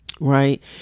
Right